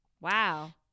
wow